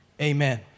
Amen